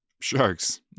sharks